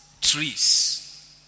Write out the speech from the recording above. trees